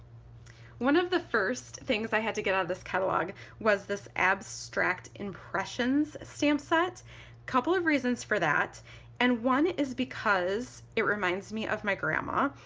one of the first things i had to get out of this catalog was this abstract impressions stamp set, a couple of reasons for that and one is because it reminds me of my grandma.